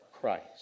Christ